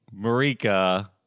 Marika